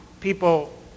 people